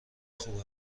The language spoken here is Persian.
خوب